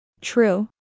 True